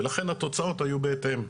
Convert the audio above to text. ולכן התוצאות היו בהתאם.